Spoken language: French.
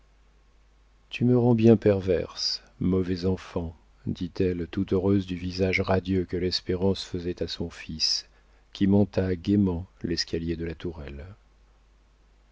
tu me rends bien perverse mauvais enfant dit-elle tout heureuse du visage radieux que l'espérance faisait à son fils qui monta gaiement l'escalier de la tourelle